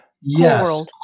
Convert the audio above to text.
Yes